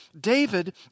David